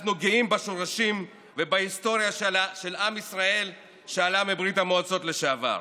אנחנו גאים בשורשים ובהיסטוריה של עם ישראל שעלה מברית המועצות לשעבר.